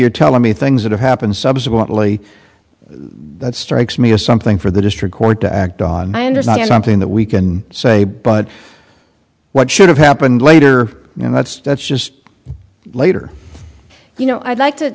you're telling me things that have happened subsequently that strikes me as something for the district court to act on i understand something that we can say but what should have happened later and that's that's just later you know i'd like to